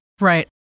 Right